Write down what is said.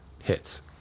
hits